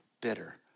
bitter